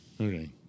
Okay